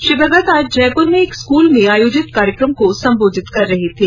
श्री भगत आज जयपुर में एक स्कूल में आयोजित कार्यक्रम को सम्बोधित कर रहे थे